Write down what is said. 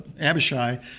Abishai